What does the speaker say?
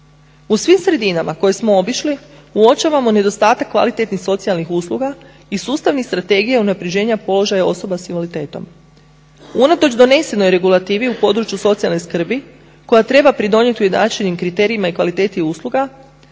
U svim sredinama koje smo obišli uočavamo nedostatak kvalitetnih socijalnih usluga i sustavnih strategija unaprjeđenja položaja osoba s invaliditetom. Unatoč donesenoj regulativi u području socijalne skrbi koja treba pridonijeti ujednačenim kriterijima i kvaliteti usluga